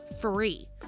free